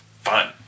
fun